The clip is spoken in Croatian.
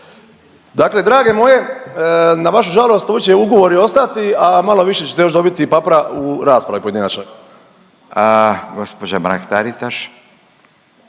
Dakle drage moje, na vašu žalost, ovi će ugovori ostati, a malo više ćete još dobiti papra u raspravi pojedinačnoj. **Radin, Furio